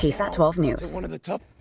ksat twelve news, one of the top.